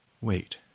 Wait